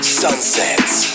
sunsets